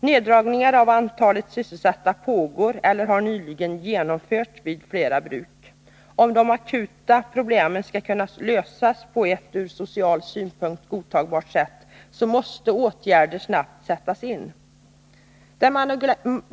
Neddragningar av antalet sysselsatta pågår eller har nyligen genomförts vid flera bruk. För att de akuta problemen skall kunna lösas på ett ur social synpunkt godtagbart sätt måste åtgärder snabbt sättas in.